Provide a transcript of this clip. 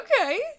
Okay